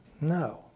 No